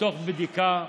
מתוך בדיקה,